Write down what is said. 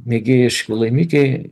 mėgėjiški laimikiai